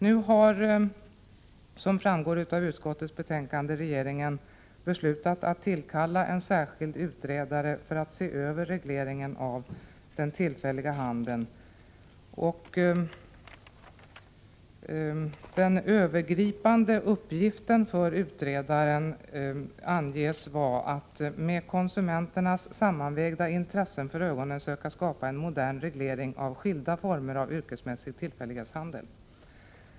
Som framgår av utskottets nu föreliggande betänkande har regeringen beslutat att tillkalla en särskild utredare för att se över regleringen av den tillfälliga handeln. Den övergripande uppgiften för utredaren anges vara att med konsumenternas sammanvägda intressen för ögonen söka skapa en modern reglering av skilda former av yrkesmässig tillfällighetshandel.